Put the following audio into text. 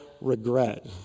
regret